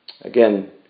Again